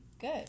good